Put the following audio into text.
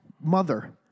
mother